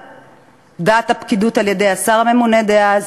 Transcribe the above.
דעת הפקידות על-ידי השר הממונה דאז,